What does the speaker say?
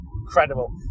incredible